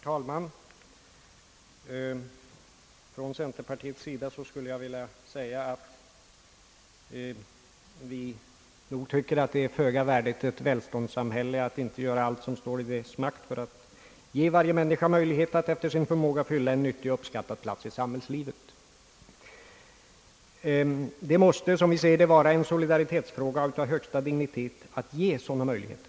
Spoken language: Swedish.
Herr talman! Inom centerpartiet anser vi det vara föga värdigt ett välståndssamhälle att inte göra vad som står i dess makt för att ge varje män niska möjlighet att efter sin förmåga fylla en uppskattad plats i samhällslivet. Det måste, som vi ser det, vara en solidaritetsfråga av högsta dignitet att ge de handikappade sådan möjlighet.